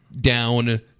down